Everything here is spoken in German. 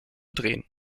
drehen